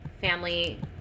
Family